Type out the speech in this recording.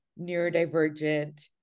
neurodivergent